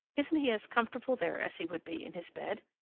isn't he as comfortable there as he would be in his bed?